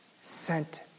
Sent